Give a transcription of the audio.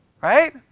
Right